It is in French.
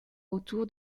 autour